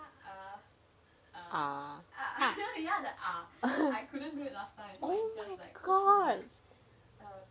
oh my god